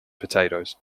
potatoes